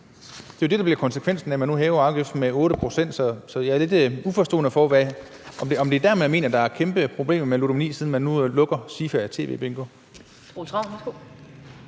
Det er jo det, der bliver konsekvensen af, at man nu hæver afgiften med 8 pct. Så jeg er lidt uforstående over for, om det er der, man mener der er kæmpe problemer med ludomani, siden man nu lukker SIFA TVBingo.